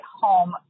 home